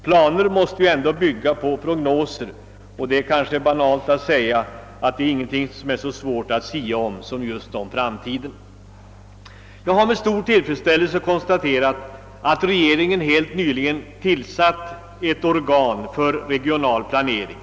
Planer måste ju ändå bygga på prognoser — och det är banalt att säga att ingenting är så svårt att sia om som framtiden! Jag har med stor tillfredsställelse konstaterat att regeringen helt nyligen utsett ett organ för regional planering.